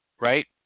right